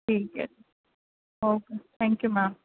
ਠੀਕ ਹੈ ਜੀ ਓਕੇ ਥੈਂਕ ਯੂ ਮੈਮ